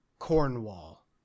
Cornwall